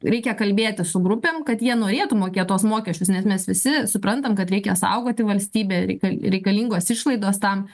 reikia kalbėtis su grupėm kad jie norėtų mokėt tuos mokesčius nes mes visi suprantam kad reikia saugoti valstybę reika reikalingos išlaidos tam